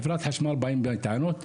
חברת חשמל באים בטענות.